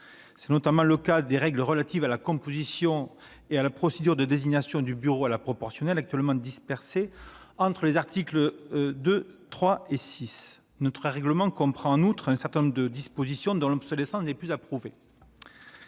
C'est notamment le cas des règles relatives à la composition et à la procédure de désignation du Bureau à la proportionnelle, actuellement dispersées entre les articles 2, 3 et 6. Notre règlement comprend, en outre, un certain nombre de dispositions dont l'obsolescence n'est plus à prouver.